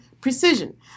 Precision